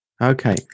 Okay